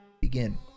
Begin